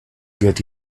get